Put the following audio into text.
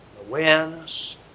Awareness